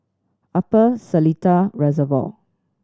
Upper Seletar Reservoir